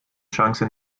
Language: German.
chance